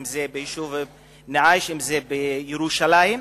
אם ביישוב בני-עי"ש, אם בירושלים,